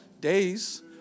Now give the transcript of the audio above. days